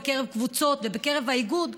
בקרב קבוצות ובקרב האיגוד,